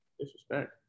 Disrespect